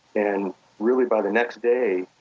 and really, by the next day,